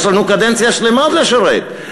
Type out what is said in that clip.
יש לנו קדנציה שלמה עוד לשרת,